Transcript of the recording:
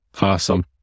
Awesome